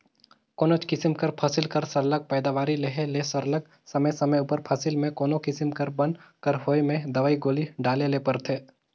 कोनोच किसिम कर फसिल कर सरलग पएदावारी लेहे ले सरलग समे समे उपर फसिल में कोनो किसिम कर बन कर होए में दवई गोली डाले ले परथे